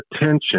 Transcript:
attention